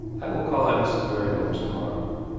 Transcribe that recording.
i will call at mrs. barrymore's to-morrow,